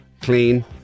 clean